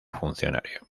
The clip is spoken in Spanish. funcionario